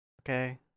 Okay